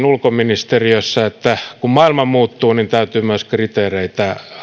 ulkoministeriössä että kun maailma muuttuu niin täytyy myös kriteereitä